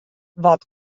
wat